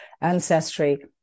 ancestry